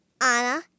Anna